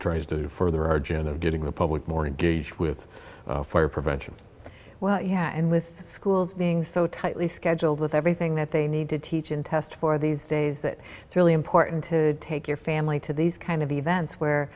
trade to further arjen of getting the public mourning gauge with fire prevention well yeah and with schools being so tightly scheduled with everything that they need to teach in test for these days that it's really important to take your family to these kind of events where